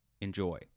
Enjoy